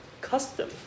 custom